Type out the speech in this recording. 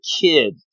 kid